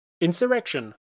insurrection